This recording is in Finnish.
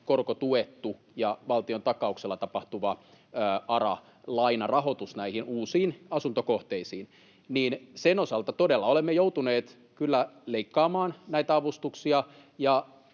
korkotuettu ja on valtion takauksella tapahtuva ARA-lainarahoitus näihin uusiin asuntokohteisiin, niin sen osalta todella olemme joutuneet kyllä leikkaamaan näitä avustuksia,